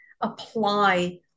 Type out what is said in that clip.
apply